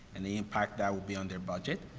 and the impact that will be on their budget.